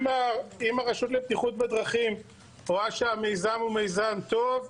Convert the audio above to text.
אם הרשות לבטיחות בדרכים רואה שהמיזם הוא מיזם טוב,